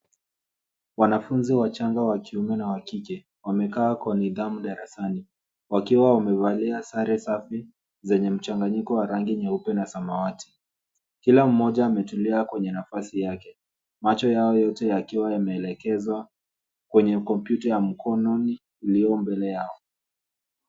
Wanafunzi wachanga wa kiume na wa kike wamekaa kwa nidhamu darasan, Wakiwa wamevalia sare safi zenye mchanganyiko wa rangi nyeupe na samawati. Kila mmoja ametulia kwenye nafasi yake. Macho yao yote yakiwa yameelekezwa kwenye kompyuta ya mkononi ilio mbele yao.